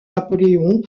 napoléon